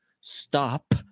stop